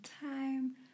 time